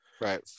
right